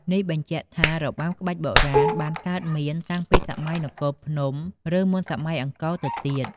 នេះបញ្ជាក់ថា របាំក្បាច់បុរាណបានកើតមានតាំងពីសម័យនគរភ្នំ ឬមុនសម័យអង្គរទៅទៀត។